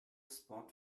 spot